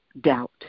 doubt